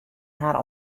har